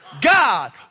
God